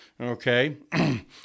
Okay